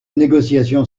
négociation